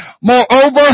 Moreover